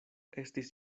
estis